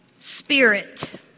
Spirit